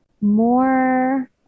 more